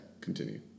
continue